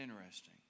interesting